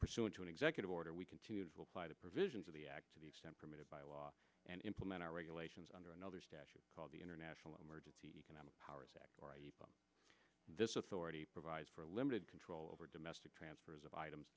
pursuant to an executive order we continue to apply the provisions of the act to the extent permitted by law and implement our regulations under another statute called the international emergency economic powers act this authority provides for a limited control over domestic transfers of items